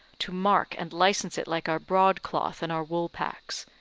to mark and licence it like our broadcloth and our woolpacks.